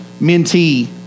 mentee